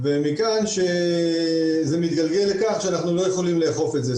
ומכאן שזה מתגלגל לכך שאנחנו לא יכולים לאכוף את זה.